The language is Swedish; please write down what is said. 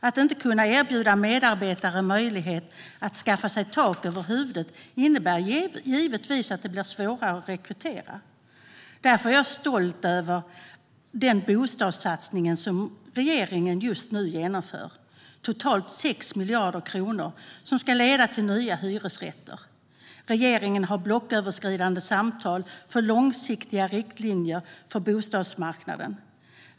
Att inte kunna erbjuda medarbetare en möjlighet att skaffa sig tak över huvudet innebär givetvis att det blir svårare att rekrytera. Därför är jag stolt över den bostadssatsning som regeringen just nu genomför med totalt 6 miljarder kronor som ska leda till nya hyresrätter. Regeringen har blocköverskridande samtal för att skapa långsiktiga riktlinjer för bostadsmarknaden.